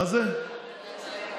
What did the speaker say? למה היו בחירות כל שלושה חודשים?